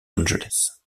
angeles